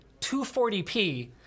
240p